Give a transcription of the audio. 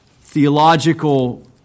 theological